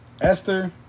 Esther